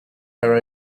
her